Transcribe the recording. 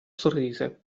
sorrise